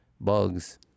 Bugs